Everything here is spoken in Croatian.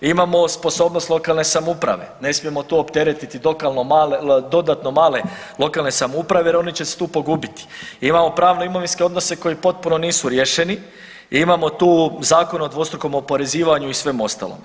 Imamo sposobnost lokalne samouprave, ne smijemo tu opteretiti dodatno male lokalne samouprave jer one će se tu pogubiti, imamo pravno imovinske odnose koji potpuno nisu riješeni, imamo tu Zakon o dvostrukom oporezivanju i svem ostalom.